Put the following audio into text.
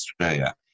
Australia